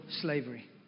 slavery